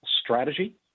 strategy